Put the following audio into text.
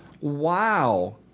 Wow